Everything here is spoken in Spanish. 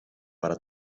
para